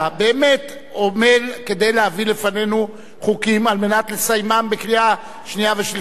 עמל כדי להביא לפנינו חוקים כדי לסיימם בקריאה שנייה ושלישית,